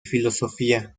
filosofía